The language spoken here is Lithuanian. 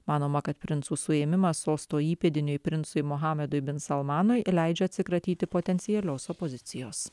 manoma kad princų suėmimas sosto įpėdiniui princui muhamedui bin salmanui leidžia atsikratyti potencialios opozicijos